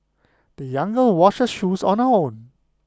the young girl washed her shoes on own